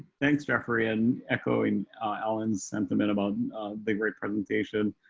thanks, jeffrey in echoing allen's sentiment about the right presentation.